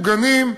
מוגנים,